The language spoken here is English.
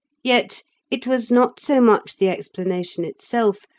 yet it was not so much the explanation itself,